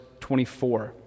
24